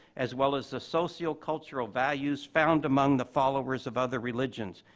as well as the sociocultural values found among the followers of other religions.